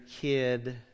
kid